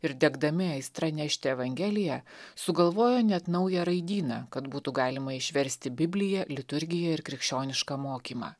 ir degdami aistra nešti evangeliją sugalvojo net naują raidyną kad būtų galima išversti bibliją liturgiją ir krikščionišką mokymą